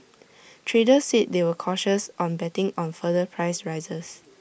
traders said they were cautious on betting on further price rises